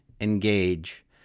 engage